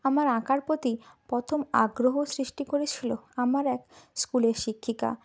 আমার আঁকার প্রতি পথম আগ্রহ সৃষ্টি করেছিলো আমার এক স্কুলের শিক্ষিকা